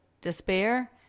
despair